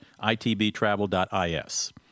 itbtravel.is